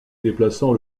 déplaçant